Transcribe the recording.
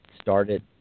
started